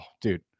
dude